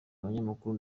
abanyamakuru